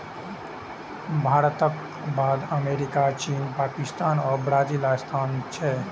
भारतक बाद अमेरिका, चीन, पाकिस्तान आ ब्राजीलक स्थान छै